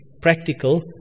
practical